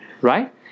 Right